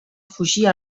fugir